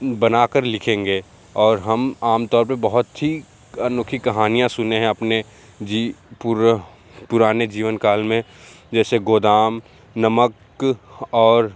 बनाकर लिखेंगे और हम आमतौर पे बहुत ही अनोखी कहानियाँ सुने हैं अपने जी पुराने जीवन काल में जैसे गोदाम नमक और